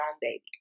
baby